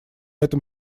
этом